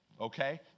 okay